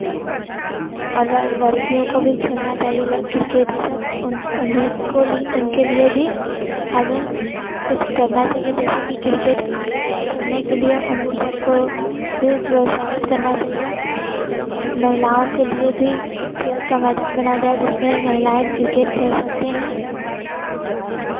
और लड़कियों को भी खेलना चाहिए ल किर्केट यह सब उनके लिए भी हमें कुछ करना चाहिए जैसे कि क्रिकेट खेलने के लिए उन सबको भी प्रोत्साहित करना चाहिए महिलाओं के लिए भी खेल का मैदान बनाए जाएँ जिसमें महिलाएँ क्रिकेट खेल सकते हैं